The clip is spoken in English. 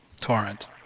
Torrent